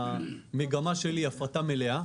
המגמה שלי היא הפרטה מלאה,